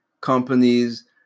companies